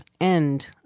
end